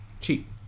cheap